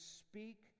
speak